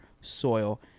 soil